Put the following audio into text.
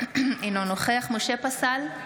אינו נוכח משה פסל,